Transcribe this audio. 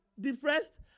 depressed